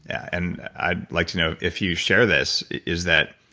and i'd like to know if you share this, is that,